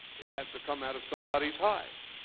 it has to come out of somebody hide.